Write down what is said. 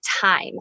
time